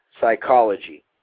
psychology